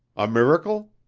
a miracle?